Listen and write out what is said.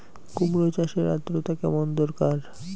কুমড়ো চাষের আর্দ্রতা কেমন দরকার?